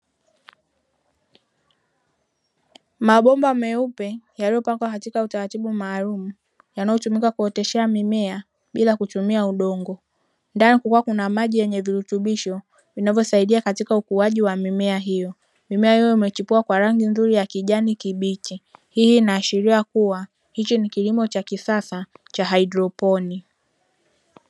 Mabomba meupe yaliyopangwa katika utaratibu maalumu yanayotumika kuoteshea mimea bila kutumia udongo ndani kukiwa kuna maji yenye virutubisho vinavyosaidia katika ukuaji wa mimea hiyo. Mimea hiyo imechipua kwa rangi nzuri ya kijani kibichi, hii inaashiria kuwa hichi ni kilimo cha kisasa cha haidroponi.